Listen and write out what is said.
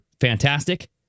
fantastic